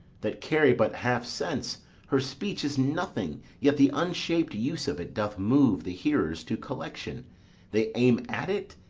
that carry but half sense her speech is nothing, yet the unshaped use of it doth move the hearers to collection they aim at it,